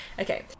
Okay